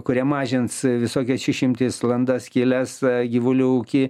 kurie mažins visokias išimtis landas skyles gyvulių ūkį